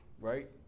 Right